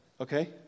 okay